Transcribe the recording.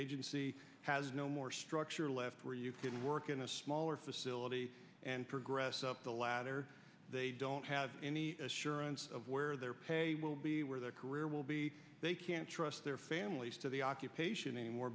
agency has no more structure left where you can work in a smaller facility and progress up the ladder they don't have any assurance of where their pay will be where their career will be they can't trust their families to the occupation anymore